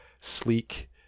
sleek